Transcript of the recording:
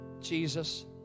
Jesus